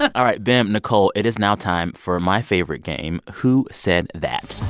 all right, bim, nichole it is now time for my favorite game, who said that